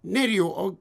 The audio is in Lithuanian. nerijau o